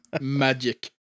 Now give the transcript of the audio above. Magic